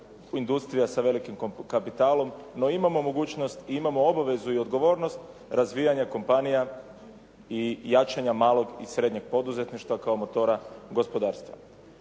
industrija sa velikim kapitalom no imamo mogućnost, imamo obavezu i odgovornost razvijanja kompanija i jačanja malog i srednjeg poduzetništva kao motora gospodarstva.